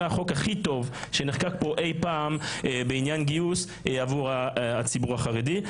הוא החוק הכי טוב שנחקק פה אי פעם בעניין גיוס עבור הציבור החרדי.